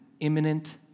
imminent